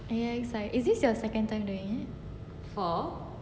nice lah eh is it your second time doing it